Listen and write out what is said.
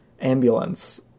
Ambulance